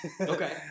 Okay